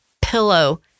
pillow